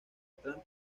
atlanta